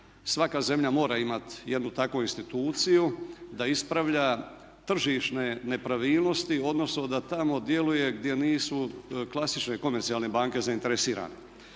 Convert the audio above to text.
svaka zemlja mora imat jednu takvu instituciju da ispravlja tržišne nepravilnosti, odnosno da tamo djeluje gdje nisu klasične komercijalne banke zainteresirane.